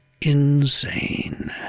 insane